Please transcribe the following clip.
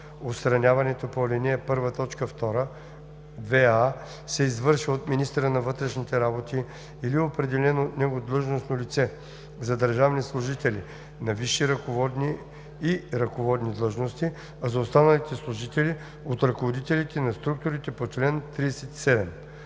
Отстраняването по ал. 1, т. 2а се извършва от министъра на вътрешните работи или определено от него длъжностно лице – за държавни служители на висши ръководни и ръководни длъжности, а за останалите служители – от ръководителите на структурите по чл. 37.